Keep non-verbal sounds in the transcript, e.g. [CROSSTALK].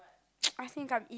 [NOISE] ask him come eat